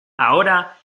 ahora